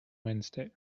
wednesday